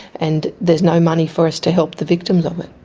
and there's no money for us to help the victims of it.